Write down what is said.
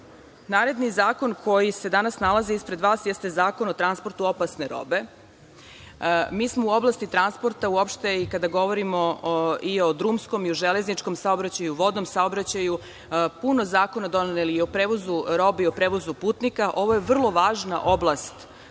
njima. Naredni zakona koji se danas nalazi ispred vas jeste Zakon o transportu opasne robe. Mi smo u oblasti transporta, uopšte i kada govorimo i o drumskom, železničkom saobraćaju, vodnom saobraćaju, puno zakona doneli, i o prevozu robe i o prevozu putnika. Ovo je vrlo važna oblast o